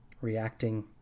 Reacting